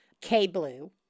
K-Blue